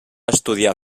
estudiar